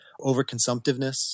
overconsumptiveness